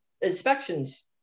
inspections